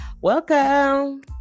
Welcome